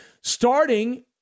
starting